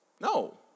No